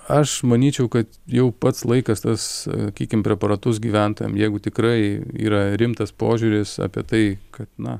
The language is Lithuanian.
aš manyčiau kad jau pats laikas tas sakykim preparatus gyventojam jeigu tikrai yra rimtas požiūris apie tai kad na